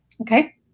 Okay